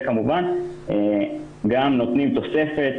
כמובן, גם נותנים תוספת